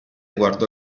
guardò